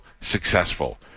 successful